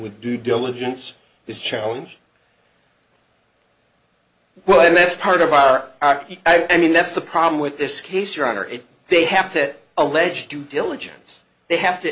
with due diligence is challenge well and that's part of our i mean that's the problem with this case your honor if they have to allege due diligence they have to